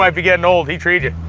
might be gettin' old. he treed ya'.